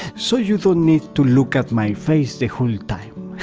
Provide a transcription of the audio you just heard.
so you don't need to look at my face the whole time